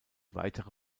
weitere